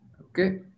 Okay